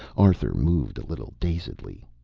arthur moved a little, dazedly.